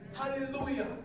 Hallelujah